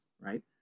right